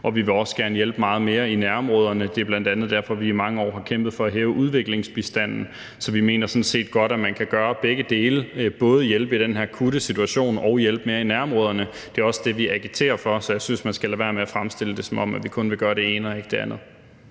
og vi vil også gerne hjælpe meget mere i nærområderne. Det er bl.a. derfor, at vi i mange år har kæmpet for at hæve udviklingsbistanden. Så vi mener sådan set godt, at man kan gøre begge dele, altså både hjælpe i den her akutte situation og hjælpe mere i nærområderne. Det er også det, vi agiterer for. Så jeg synes, man skal lade være med at fremstille det, som om vi kun vil gøre det ene og ikke det andet.